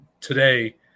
today